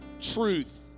truth